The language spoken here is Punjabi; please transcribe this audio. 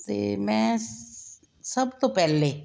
ਤੇ ਮੈਂ ਸਭ ਤੋਂ ਪਹਿਲੇ